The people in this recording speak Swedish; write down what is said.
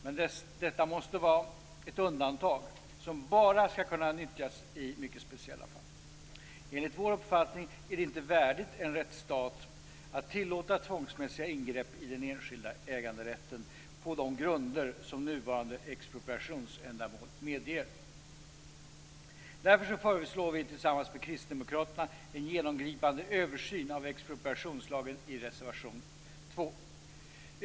Men detta måste vara ett undantag som bara skall kunna nyttjas i mycket speciella fall. Enligt vår uppfattning är det inte värdigt en rättsstat att tillåta tvångsmässiga ingrepp i den enskilda äganderätten på de grunder som nuvarande expropriationsändamål medger. Därför föreslår vi tillsammans med kristdemokraterna en genomgripande översyn av expropriationslagen i reservation 2.